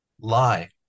Lie